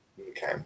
Okay